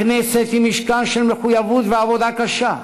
הכנסת היא משכן של מחויבות ועבודה קשה,